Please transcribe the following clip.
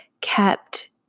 kept